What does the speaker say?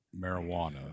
marijuana